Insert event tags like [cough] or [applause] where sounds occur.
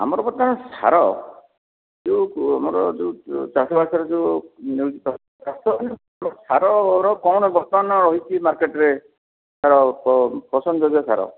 ଆମର ବର୍ତ୍ତମାନ ସାର ଯେଉଁ ଆମର ଯେଉଁ ଚାଷବାସରେ ଯେଉଁ [unintelligible] ସାରର କ'ଣ ବର୍ତ୍ତମାନ ରହିଛି ମାର୍କେଟରେ ସାର ପସନ୍ଦଯୋଗ୍ୟ ସାର